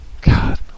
God